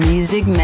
Music